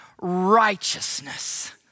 Righteousness